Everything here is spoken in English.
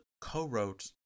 co-wrote